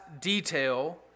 detail